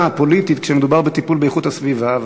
הפוליטית כשמדובר בטיפול באיכות הסביבה,